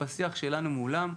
בשיח שלנו מולן,